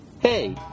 Hey